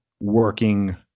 working